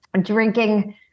drinking